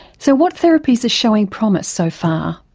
so what therapies are showing promise so far?